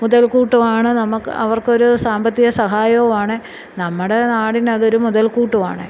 മുതൽക്കൂട്ടുമാണ് നമുക്ക് അവർക്കൊരു സാമ്പത്തിക സഹായവും ആണ് നമ്മുടെ നാടിന് അതൊരു മുതൽക്കൂട്ടുമാണ്